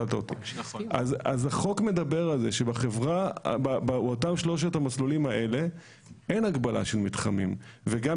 אז החוק מדבר על זה שבאותם שלושת המסלולים האלה אין הגבלה של מתחמים וגם